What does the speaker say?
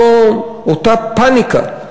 אותה פניקה,